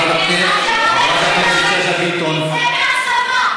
שאשא ביטון,